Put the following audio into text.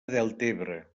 deltebre